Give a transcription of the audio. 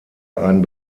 ein